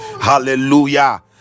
hallelujah